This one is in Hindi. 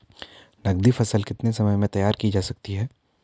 नगदी फसल कितने समय में तैयार की जा सकती है?